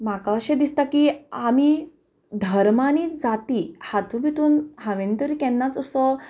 म्हाका अशें दिसता की आमी धर्म आनी जाती हातूंत भितून हांवेंन तरी केन्नाच असो